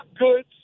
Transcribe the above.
goods